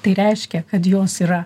tai reiškia kad jos yra